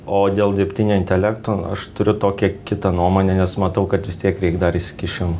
o dėl dirbtinio intelekto aš turiu tokią kitą nuomonę nes matau kad vis tiek reik dar įsikišimo